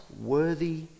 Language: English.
worthy